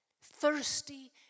thirsty